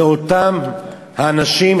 זה אותם האנשים,